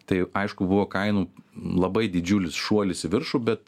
tai aišku buvo kainų labai didžiulis šuolis į viršų bet